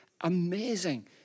amazing